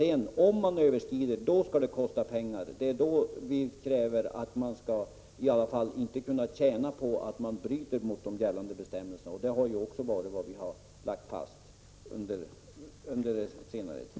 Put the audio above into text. För den som överskrider gränserna skall det kosta pengar. I varje fall skall ingen kunna tjäna på att bryta mot gällande bestämmelser. Det har vi också lagt fast under senare tid.